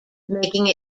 making